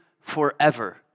forever